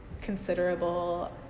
considerable